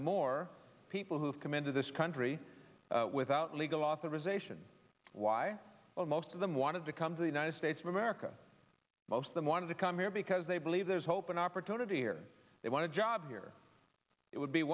more people who have come into this country without legal authorization why most of them wanted to come to the united states of america most of them wanted to come here because they believe there's hope and opportunity here they want a job here it would be